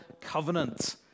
covenant